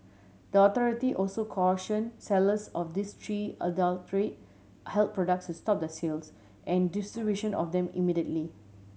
the authority also caution sellers of these three adulterate health products to stop the sales and distribution of them immediately